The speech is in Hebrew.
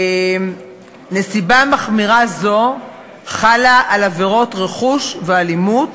נסיבה מחמירה זו חלה על עבירות רכוש ואלימות,